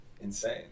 insane